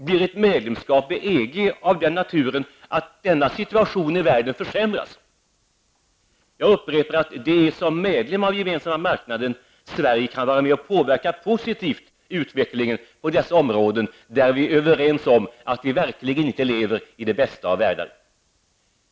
Blir ett svenskt medlemskap i EG av den naturen att situationen i världen försämras? Jag upprepar att det är som medlem av Gemensamma marknaden Sverige kan vara med och påverka utvecklingen positivt på dessa områden, där vi är överens om att vi verkligen inte lever i den bästa av världar.